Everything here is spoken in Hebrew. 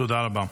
תודה רבה.